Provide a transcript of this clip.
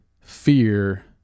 fear